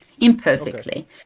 imperfectly